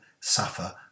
suffer